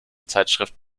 zeitschrift